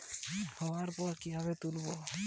টাকা ম্যাচিওর্ড হওয়ার পর কিভাবে তুলব?